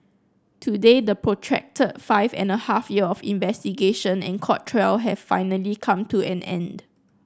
today the protracted five and a half year of investigation and court trial have finally come to an end